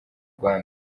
rwanda